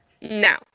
No